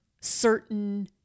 certain